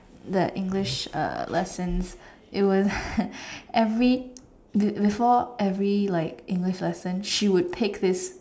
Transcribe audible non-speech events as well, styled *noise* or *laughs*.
the English uh lessons it would *laughs* every be~ before every like English lesson she would pick this